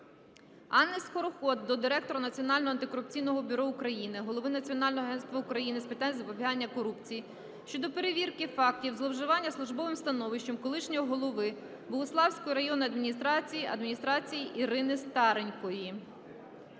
Анни Скороход до Директора Національного антикорупційного бюро України, голови Національного агентства України з питань запобігання корупції щодо перевірки фактів зловживання службовим становищем колишньої голови Богуславської районної державної адміністрації Ірини Старенької.